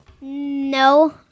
No